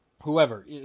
whoever